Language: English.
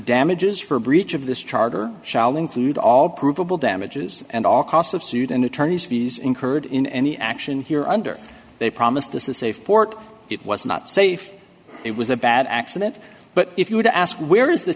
damages for breach of this charter shall include all provable damages and all costs of sued and attorney's fees incurred in any action here under they promise to say fort it was not safe it was a bad accident but if you were to ask where is the